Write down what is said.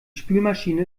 spülmaschine